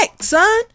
son